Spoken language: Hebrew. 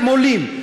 הם עולים,